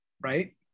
Right